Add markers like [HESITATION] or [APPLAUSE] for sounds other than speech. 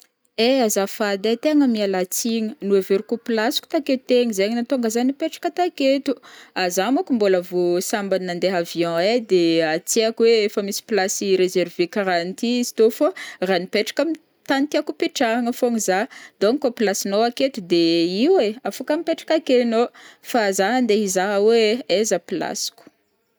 Ai azafady ai tegna miala tsigna, noeveriko placeko taketo teo igny, zaigny nahatonga zah nipetraka taketo, [HESITATION] zah maok mbola vô sambany nandeha avion ai, de [HESITATION] tsy haiko hoe efa misy place réservée karah an'ty izy tô fao raha nipetraka amin'ny tany tiako ipetrahagna fogn zah, donc kô place nao aketo de io eh afaka mipetraka aké anao fa zah andeha hizaha hoe aiza placeko.